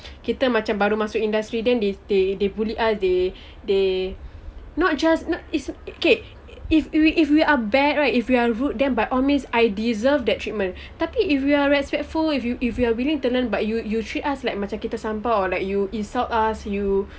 kita macam baru masuk industry then they they they bully us they they not just uh okay if we if we are bad right if we are rude then by all means I deserve that treatment tapi if we are respectful if we are willing to learn but you you treat us like macam kita sampah or like you insult us you